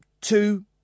two